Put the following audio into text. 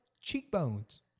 cheekbones